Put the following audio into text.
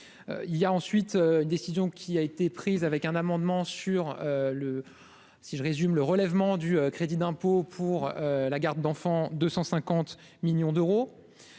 il y a ensuite, décision qui a été prise avec un amendement sur le si je résume le relèvement du crédit d'impôt pour la garde d'enfant 250 millions d'euros.